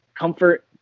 comfort